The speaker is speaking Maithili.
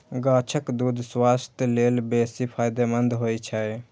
गाछक दूछ स्वास्थ्य लेल बेसी फायदेमंद होइ छै